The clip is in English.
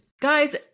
guys